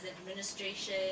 administration